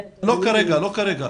לא כרגע.